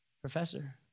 professor